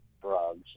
drugs